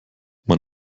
man